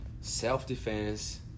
self-defense